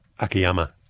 Akiyama